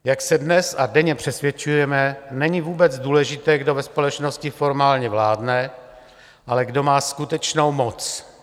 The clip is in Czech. Jak se dnes a denně přesvědčujeme, není vůbec důležité, kdo ve společnosti formálně vládne, ale kdo má skutečnou moc.